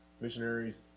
missionaries